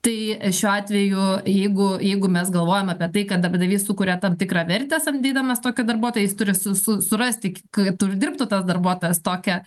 tai šiuo atveju jeigu jeigu mes galvojam apie tai kad darbdavys sukuria tam tikrą vertę samdydamas tokį darbuotoją jis turi su su surasti k kad uždirbtų tas darbuotojas tokią